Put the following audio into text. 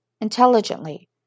intelligently